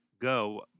go